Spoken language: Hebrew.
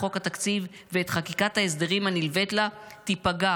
חוק התקציב ואת חקיקת ההסדרים הנלווית לה תיפגע